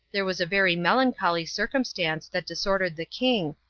there was a very melancholy circumstance that disordered the king,